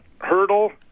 Hurdle